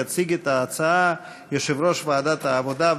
יציג את ההצעה יושב-ראש ועדת העבודה,